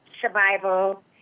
survival